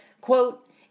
quote